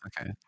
Okay